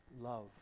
Love